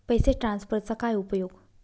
पैसे ट्रान्सफरचा काय उपयोग?